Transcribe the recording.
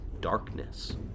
darkness